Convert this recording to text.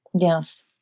Yes